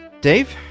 Dave